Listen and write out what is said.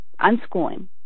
unschooling